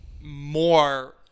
more